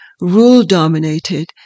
rule-dominated